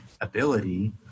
ability